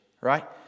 Right